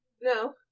No